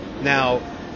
Now